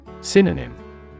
Synonym